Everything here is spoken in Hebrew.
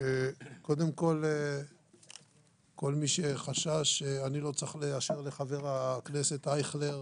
כל מי שחשש שאני לא צריך לחה"כ אייכלר,